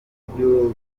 buryo